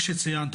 כמו שציינת,